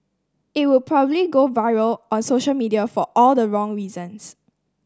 it would probably go viral on social media for all the wrong reasons